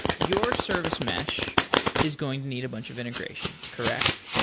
your service mesh is going to need a bunch of integrations, correct?